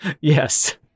yes